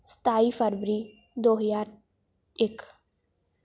ਸਤਾਈ ਫਰਵਰੀ ਦੋ ਹਜ਼ਾਰ ਇੱਕ